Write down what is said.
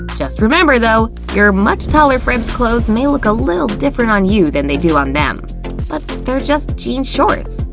just remember though, your much taller friend's clothes may look a little different on you than they do on them. but they're just jean shorts?